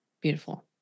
Beautiful